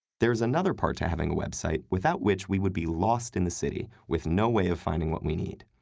there's another part to having a website, without which we would be lost in the city with no way of finding what we need.